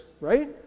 right